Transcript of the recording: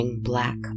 black